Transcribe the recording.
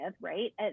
right